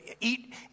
eat